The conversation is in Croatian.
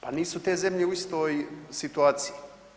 Pa nisu te zemlje u istoj situaciji.